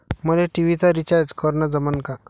मले टी.व्ही चा रिचार्ज करन जमन का?